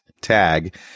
tag